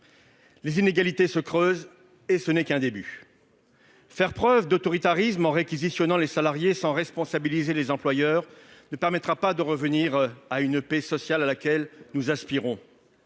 Les inégalités se creusent et ce n'est qu'un début ... Faire preuve d'autoritarisme en réquisitionnant les salariés sans responsabiliser les employeurs ne permettra pas de revenir à la paix sociale à laquelle nous aspirons